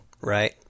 right